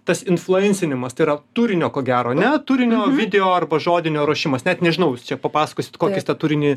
tas influencinimas tai yra turinio ko gero ne turinio video arba žodinio ruošimas net nežinau jūs čia papasakosit kokį jis tą turinį